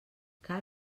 car